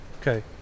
Okay